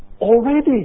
already